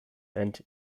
and